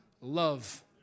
love